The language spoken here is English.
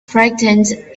frightened